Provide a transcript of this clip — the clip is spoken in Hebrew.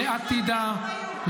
לעתידה,